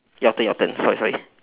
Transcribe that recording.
your turn your turn sorry sorry